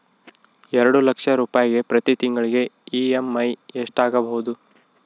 ಎರಡು ಲಕ್ಷ ರೂಪಾಯಿಗೆ ಪ್ರತಿ ತಿಂಗಳಿಗೆ ಇ.ಎಮ್.ಐ ಎಷ್ಟಾಗಬಹುದು?